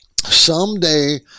Someday